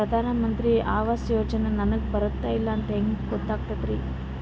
ಪ್ರಧಾನ ಮಂತ್ರಿ ಆವಾಸ್ ಯೋಜನೆ ನನಗ ಬರುತ್ತದ ಇಲ್ಲ ಅಂತ ಹೆಂಗ್ ಗೊತ್ತಾಗತೈತಿ?